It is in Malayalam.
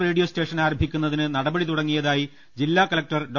റേഡിയോ സ്റ്റേഷൻ ആരംഭിക്കുന്നതിന് നട പടി തുടങ്ങിയതായി ജില്ലാ കലക്ടർ ഡോ